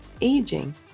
aging